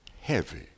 heavy